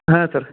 ಹಾಂ ಸರ್